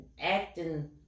acting